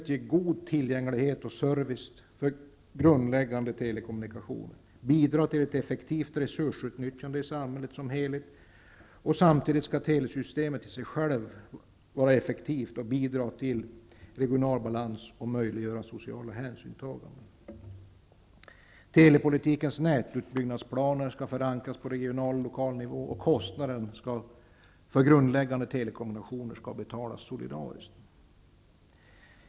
ge god tillgänglighet och service för grundläggande telekommunikationer, --bidra till ett effektivt resursutnyttjande i samhället som helhet samtidigt som telesystemet i sig självt är effektivt samt --bidra till regional balans och möjliggöra sociala hänsynstaganden. Telepolitikens nätutbyggnadsplaner skall förankras på regional och lokal nivå, och kostnaderna för grundläggande telekommunikationer skall bestridas solidariskt.